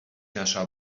nasza